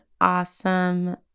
awesome